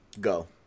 Go